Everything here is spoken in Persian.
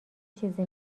چیزی